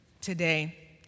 today